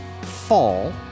fall